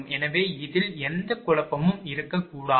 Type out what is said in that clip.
எனவே இதில் எந்த குழப்பமும் இருக்கக்கூடாது